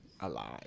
alive